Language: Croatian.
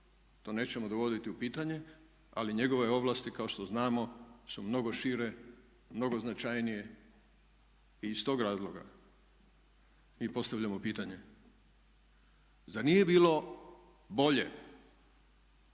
to nećemo dovoditi u pitanje, ali njegovo ovlasti kao što znamo su mnogo šire, mnogo značajnije i iz tog razloga mi postavljamo pitanje zar nije bilo bolje